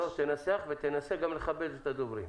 תנסח, ותנסה גם לכבד את הדוברים.